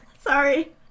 Sorry